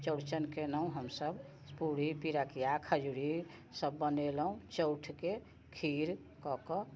चौरचन केलहुँ हमसब पूड़ी पिरिकिया खौजरी सब बनेलहुँ चौठके खीर कऽ कऽ हमसब